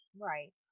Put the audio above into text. right